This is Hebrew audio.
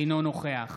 אינו נוכח